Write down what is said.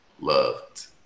loved